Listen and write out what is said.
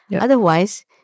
Otherwise